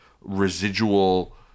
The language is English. residual